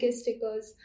stickers